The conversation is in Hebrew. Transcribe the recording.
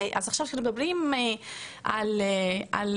אז עכשיו כשאנחנו מדברים על 13%,